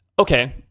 Okay